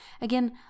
again